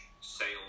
sales